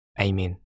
amen